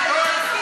שלטון?